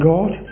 God